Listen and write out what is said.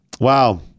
wow